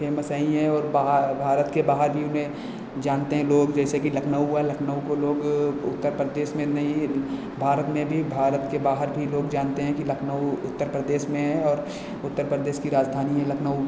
famous हैं ही हैं और बाहर भारत के बाहर भी उन्हें जानते हैं लोग जैसे की लखनऊ हुआ लखनऊ को लोग उत्तरप्रदेश में नहीं भारत में भी भारत के बाहर भी लोग जानते हैं कि लखनऊ उत्तरप्रदेश में है और उत्तरप्रदेश की राजधानी है लखनऊ